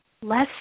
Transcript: less